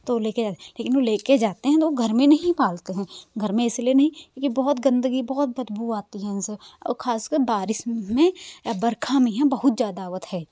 तो ले के जा लेकिन वो ले के जाते हैं लोग घर में नहीं पालते हैं घर में इसीलिए नहीं क्योंकि बहुत गंदगी बहुत बदबू आती हैं इनसे और खासकर बारिश में और वर्षा महिया बहुत ज़्यादा आवत हय